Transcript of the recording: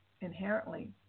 inherently